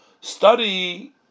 study